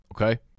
okay